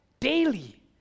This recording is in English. Daily